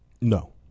No